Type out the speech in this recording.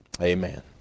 Amen